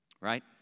right